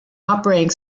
operating